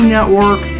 Network